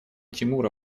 тимура